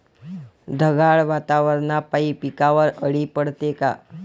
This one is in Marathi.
ढगाळ वातावरनापाई पिकावर अळी पडते का?